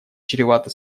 чревата